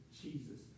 Jesus